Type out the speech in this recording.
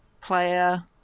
player